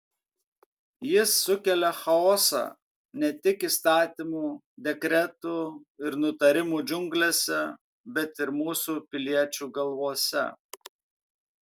jis sukelia chaosą ne tik įstatymų dekretų ir nutarimų džiunglėse bet ir mūsų piliečių galvose